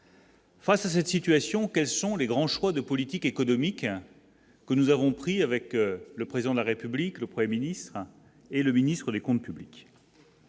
Face à cette situation, quels sont les grands choix de politique économique que nous avons pris avec le président de la République le 1er ministre et le ministre des comptes publics.